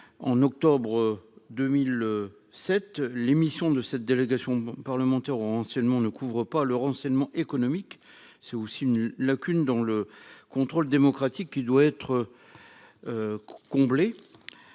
En octobre 2007, l'émission de cette délégation parlementaire anciennement ne couvre pas le renseignement économique c'est aussi une lacune dans le contrôle démocratique qui doit être. Comblé.